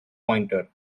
pointer